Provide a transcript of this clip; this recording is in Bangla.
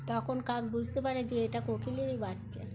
তখন কাক বুঝতে পারে যে এটা কোকিলেরই বাচ্চা